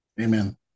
Amen